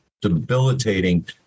debilitating